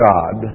God